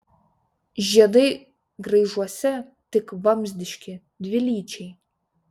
žiedai graižuose tik vamzdiški dvilyčiai